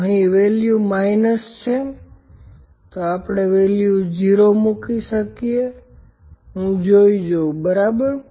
તો અહીં value minus છે તો આપણે વેલ્યુ 0 મૂકી શકીએ હું જોઇ જોઉ બરાબર